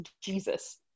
Jesus